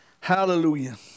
Hallelujah